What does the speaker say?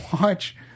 watch